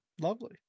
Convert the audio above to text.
Lovely